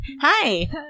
Hi